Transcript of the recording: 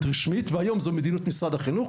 רשמית והיום זו מדיניות משרד החינוך,